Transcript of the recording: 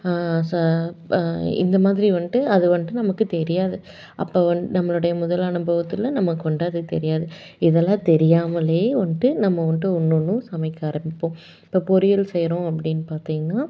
இந்த மாதிரி வந்துட்டு அது வந்துட்டு நமக்கு தெரியாது அப்போ வந்து நம்மளுடைய முதல் அனுபவத்தில் நமக்கு வந்துட்டு அது தெரியாது இதெல்லாம் தெரியாமலேயே வந்துட்டு நம்ம வந்துட்டு ஒன்னொன்னும் சமைக்க ஆரம்பிப்போம் இப்போ பொரியல் செய்கிறோம் அப்படின்னு பார்த்தீங்கன்னா